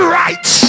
right